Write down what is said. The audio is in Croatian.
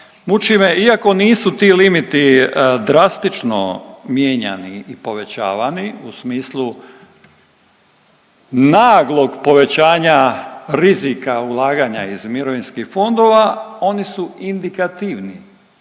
iako nisu ti limiti drastično mijenjani i povećavani u smislu naglog povećanja rizika ulaganja iz mirovinskih fondova oni su indikativni.